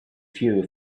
few